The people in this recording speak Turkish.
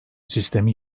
sistemi